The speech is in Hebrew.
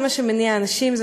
זה מה שמניע אנשים,